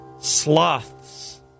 sloths